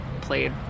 played